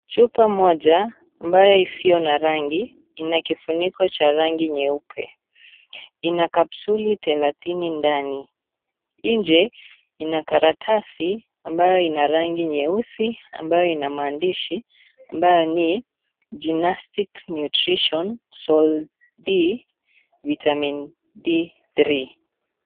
Chupa moja ambayo isiyo na rangi, la kifuniko cha rangi nyeupe, ina kapsuli thelathini ndani. Nje ina karatasi ambayo ina rangi nyeusi, ambayo ina maandishi ambayo ni " Gymnastic Nutrition Sole D, Vitamin D3".